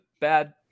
bad